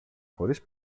χωρίς